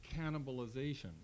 cannibalization